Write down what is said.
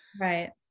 Right